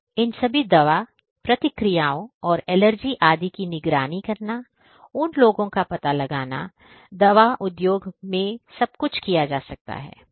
तो इन सभी दवा प्रतिक्रियाओं और एलर्जी आदि की निगरानी करना उन लोगों का पता लगाना दवा उद्योग में सब कुछ किया जा सकता है